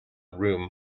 room